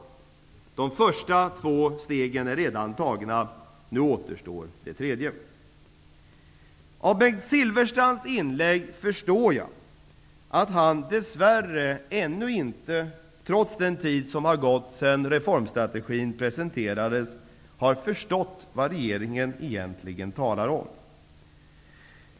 De första två stegen är redan tagna. Nu återstår det tredje. Av Bengt Silfverstrands inlägg inser jag att han dess värre ännu inte, trots den tid som har gått sedan reformstrategin presenterades, har förstått vad regeringen egentligen talar om.